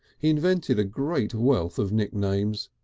he invented a great wealth of nicknames,